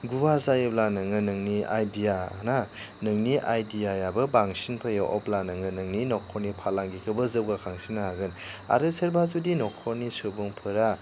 गुवार जायोब्ला नोङो नोंनि आइडिया ना नोंनि आइडियायाबो बांसिन फैयो अब्ला नोङो नोंनि नखरनि फालांगिखौबो जौगाखांसिननो हागोन आरो सोरबा जुदि नखरनि सुबुंफ्रा